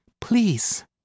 Please